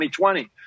2020